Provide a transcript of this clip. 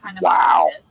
wow